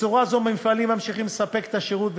בצורה זו המפעלים ממשיכים לספק את השירות,